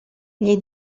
gli